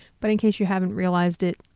but in case you haven't realized it,